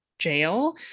jail